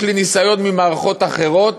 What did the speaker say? יש לי ניסיון ממערכות אחרות,